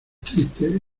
tristes